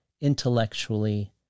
intellectually